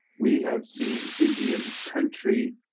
we have seen indian country.